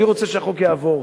אני רוצה שהחוק יעבור.